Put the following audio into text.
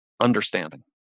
understanding